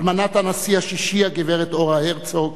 אלמנת הנשיא השישי הגברת אורה הרצוג,